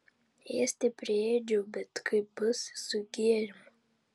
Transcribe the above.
ėsti priėdžiau bet kaip bus su gėrimu